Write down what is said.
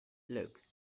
look